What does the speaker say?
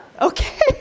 Okay